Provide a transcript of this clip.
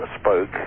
spoke